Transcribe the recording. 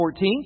14